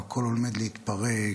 והכול עומד להתפרק,